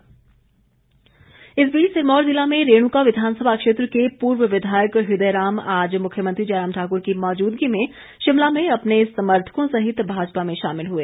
हुदय राम सिरमौर ज़िला में रेणुका विधानसभा क्षेत्र के पूर्व विधायक हृदय राम आज मुख्यमंत्री जयराम ठाकुर की मौजूदगी में शिमला में अपने समर्थकों सहित भाजपा में शामिल हुए